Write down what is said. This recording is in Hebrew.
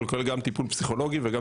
אבל הוא כולל גם טיפול פסיכולוגי וגם